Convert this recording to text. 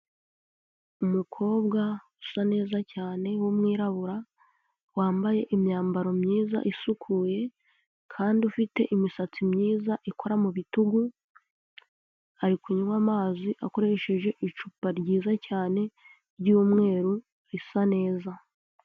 Umukobwa usa neza cyane w’umwirabura wambaye imyambaro myiza isukuye kandi ufite imisatsi myiza ikora mu bitugu, ari kunywa amazi akoresheje icupa ryiza cyane ry’umweru risa neza.